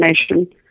information